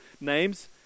names